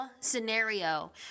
scenario